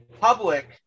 public